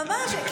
ממש.